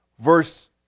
verse